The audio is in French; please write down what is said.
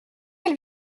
elle